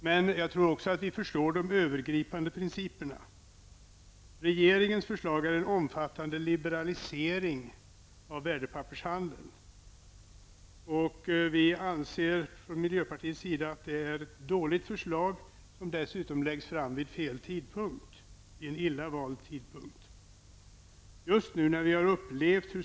Men vi tror att vi förstår de övergripande principerna. Regeringens förslag är en omfattande liberalisering av värdepappershandeln. Från miljöpartiets sida anser vi att det är ett dåligt förslag, som dessutom läggs fram vid en illa vald tidpunkt.